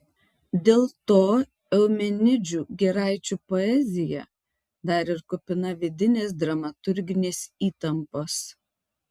dėl to eumenidžių giraičių poezija dar ir kupina vidinės dramaturginės įtampos